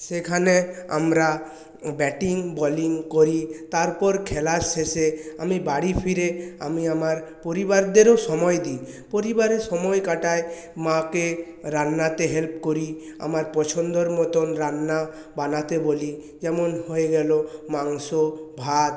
সেখানে আমরা batting bowling করি তারপর খেলার শেষে আমি বাড়ি ফিরে আমি আমার পরিবারদেরও সময় দিই পরিবারে সময় কাটায় মাকে রান্নাতে হেল্প করি আমার পছন্দর মতন রান্না বানাতে বলি যেমন হয়ে গেল মাংস ভাত